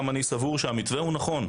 גם אני סבור שהמתווה נכון,